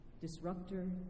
disruptor